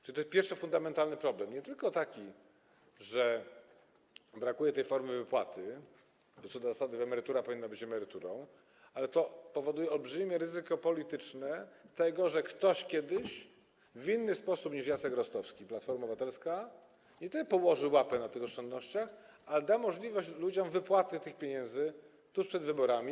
Czyli to jest pierwszy fundamentalny problem - nie tylko taki, że brakuje tej formy wypłaty, bo co do zasady emerytura powinna być emeryturą, ale to powoduje olbrzymie ryzyko polityczne takie, że ktoś kiedyś, w inny sposób niż Jacek Rostowski i Platforma Obywatelska, nie tyle położy łapę na tych oszczędnościach, ile da ludziom możliwość wypłaty tych pieniędzy tuż przed wyborami.